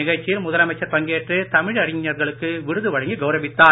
நிகழ்ச்சியில் முதலமைச்சர் பங்கேற்று தமிழறிஞர்களுக்கு விருது வழங்கி கவுரவித்தார்